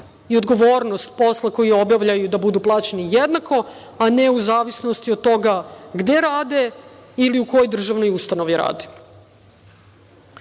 i odgovornost posla koji obavljaju da budu plaćeni jednako, a ne u zavisnosti od toga gde rade ili u kojoj državnoj ustanovi